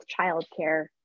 childcare